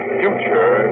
future